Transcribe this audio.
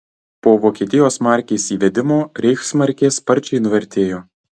po vokietijos markės įvedimo reichsmarkė sparčiai nuvertėjo